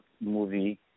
movie